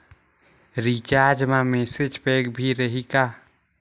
Recharge मा message pack भी रही का?